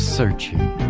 searching